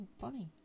funny